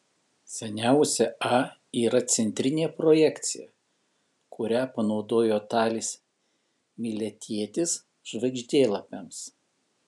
seniausia a yra centrinė projekcija kurią panaudojo talis miletietis žvaigždėlapiams